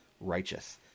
righteous